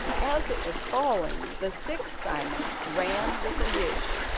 as it was falling the sixth simon ran with a dish,